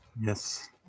Yes